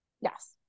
Yes